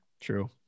True